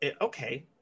okay